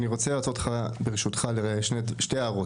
אני רוצה לעצור אותך לשתי הערות.